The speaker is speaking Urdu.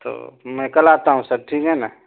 تو میں کل آتا ہوں سر ٹھیک ہے نا